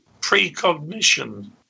precognition